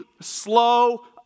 slow